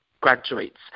graduates